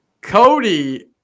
cody